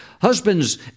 Husbands